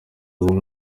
ubu